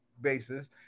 basis